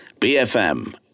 BFM